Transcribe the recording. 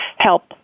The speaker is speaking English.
help